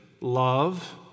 love